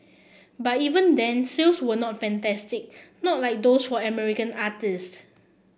but even then sales were not fantastic not like those for American artistes